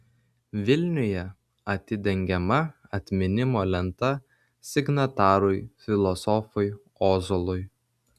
vilniuje atidengiama atminimo lenta signatarui filosofui ozolui